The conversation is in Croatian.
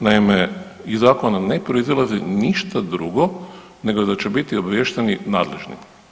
Naime, iz zakona ne proizlazi ništa drugo, nego da će biti obaviješteni nadležni.